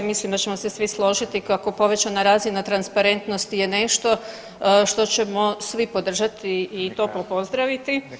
Mislim da ćemo se svi složiti kako povećana razina transparentnosti je nešto što ćemo svi podržati i toplo pozdraviti.